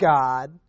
God